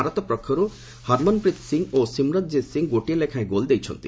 ଭାରତ ପକ୍ଷର୍ ହରମ୍ନ୍ପ୍ରୀତ୍ ସିଂ ଓ ସିମ୍ରନ୍ଜିତ୍ ସିଂ ଗୋଟିଏ ଲେଖାଏଁ ଗୋଲ୍ ଦେଇଛନ୍ତି